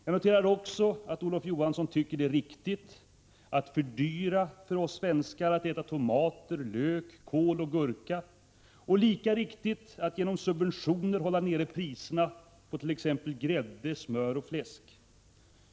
Jag noterade också att Olof Johansson tycker att det är riktigt att fördyra för oss svenskar att äta tomater, lök, kål och gurka och lika riktigt att genom subventioner hålla nere priserna på t.ex. grädde, smör och fläsk.